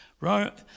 right